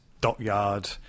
dockyard